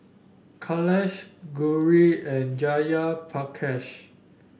Kailash Gauri and Jayaprakash